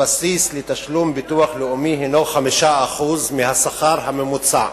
הבסיס לתשלום ביטוח לאומי הוא 5% מהשכר הממוצע,